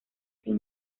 sin